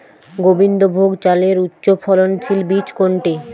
গোবিন্দভোগ চালের উচ্চফলনশীল বীজ কোনটি?